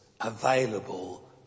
available